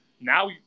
Now